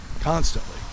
constantly